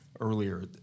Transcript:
earlier